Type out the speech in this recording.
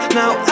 now